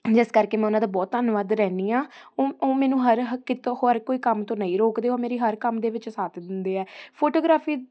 ਜਿਸ ਕਰਕੇ ਮੈਂ ਉਹਨਾਂ ਦਾ ਬਹੁਤ ਧੰਨਵਾਦ ਰਹਿੰਦੀ ਹਾਂ ਉ ਉਹ ਮੈਨੂੰ ਹਰ ਹੱਕ ਕਿਤੋਂ ਹੋਰ ਕੋਈ ਕੰਮ ਤੋਂ ਨਹੀਂ ਰੋਕਦੇ ਉਹ ਮੇਰੀ ਹਰ ਕੰਮ ਦੇ ਵਿੱਚ ਸਾਥ ਦਿੰਦੇ ਹੈ ਫੋਟੋਗਰਾਫੀ